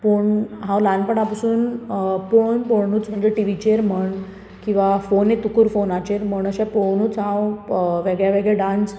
पूण हांव ल्हानपणां पसून पळोवन पळोवनूच म्हणजे टीवीचेर म्हण किंवां फोन येतकूर फोनाचेर म्हण पळोवनूच हांव वेगळे वेगळे डान्स